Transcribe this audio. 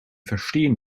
verstehen